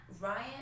Ryan